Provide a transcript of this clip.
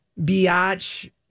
biatch